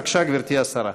בבקשה, גברתי השרה.